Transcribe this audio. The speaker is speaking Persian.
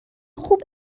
خوب